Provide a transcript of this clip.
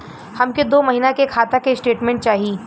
हमके दो महीना के खाता के स्टेटमेंट चाही?